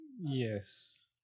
Yes